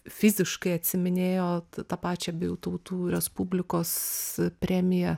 fiziškai atsiiminėjo tą pačią abiejų tautų respublikos premiją